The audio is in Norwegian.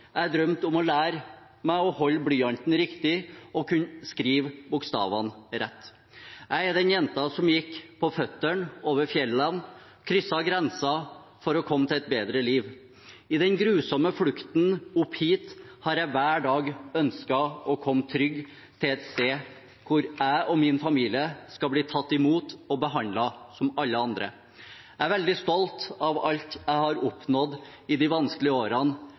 Jeg drømte om å lære meg å holde blyanten riktig og å kunne skrive bokstavene rett. Jeg er den jenta som gikk på føttene over fjellene og kryssa grenser for å komme til et bedre liv. I den grusomme flukten opp hit har jeg hver dag ønsket å komme trygg til et sted hvor jeg og min familie skal bli tatt imot og behandlet som alle andre. Jeg er veldig stolt av alt jeg har oppnådd i de vanskelige årene.